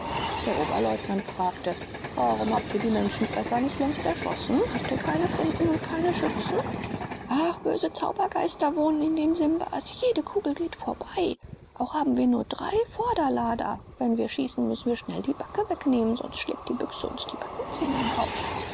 der oberleutnant fragte warum habt ihr die menschenfresser nicht längst erschossen habt ihr keine flinten und keine schützen ach böse zaubergeister wohnen in den simbas jede kugel geht vorbei auch haben wir nur drei vorderlader wenn wir schießen müssen wir schnell die backe wegnehmen sonst schlägt die büchse uns die backenzähne heraus